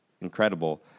incredible